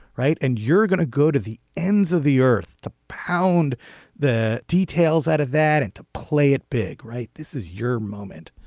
right. and you're gonna go to the ends of the earth to pound the details out of that and to play it big right. this is your moment.